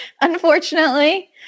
Unfortunately